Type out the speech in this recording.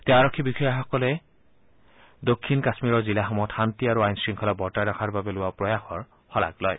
তেওঁ আৰক্ষী বিষয়াসকলে দক্ষিণ কাশ্মীৰৰ জিলাসমূহত শান্তি আৰু আইন শৃংখলা বৰ্তাই ৰখাৰ বাবে লোৱা প্ৰয়াসৰ শলাগ লয়